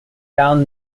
down